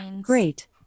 Great